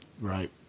Right